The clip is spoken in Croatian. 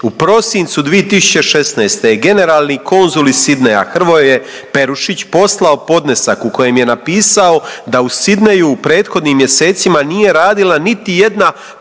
u prosincu 2016. je generalni konzul iz Sydneya Hrvoje Perušić poslao podnesak u kojem je napisao da u Sydneyu u prethodnim mjesecima nije radila niti jedna profesionalna